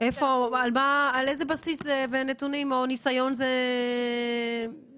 על איזה בסיס או נתונים הדרישה הזאת בחוק מושתתת?